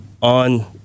on